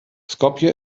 skopje